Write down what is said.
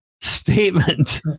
statement